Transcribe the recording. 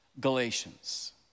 Galatians